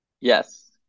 Yes